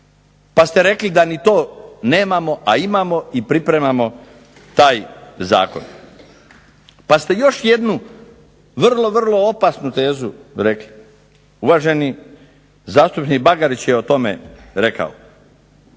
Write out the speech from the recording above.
pa ste rekli da ni to nemamo, a imamo i pripremamo taj zakon. Pa ste još jednu vrlo, vrlo opasnu tezu rekli, uvaženi zastupnik Bagarić je o tome rekao.